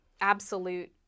absolute